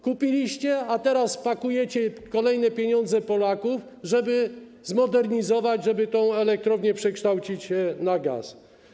Kupiliście, a teraz pakujecie kolejne pieniądze Polaków, żeby zmodernizować, żeby tę elektrownię przekształcić w elektrownię na gaz.